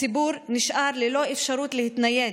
הציבור נשאר ללא אפשרות להתנייד,